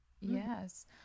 yes